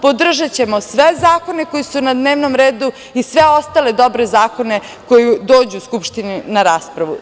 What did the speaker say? Podržaćemo sve zakone koji su na dnevnom redu i sve ostale dobre zakone koji dođu u Skupštinu na raspravu.